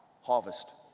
Harvest